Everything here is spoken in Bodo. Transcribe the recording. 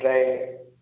ओमफ्राय